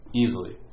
easily